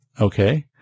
Okay